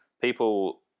People